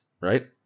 right